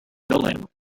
building